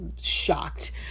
shocked